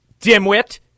dimwit